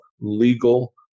legal